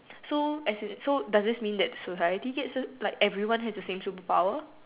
so as in so does this mean that society gets it like everyone has the same super power